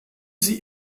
sie